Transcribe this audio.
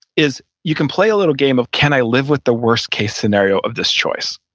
is you can play a little game of can i live with the worst case scenario of this choice?